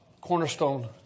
Cornerstone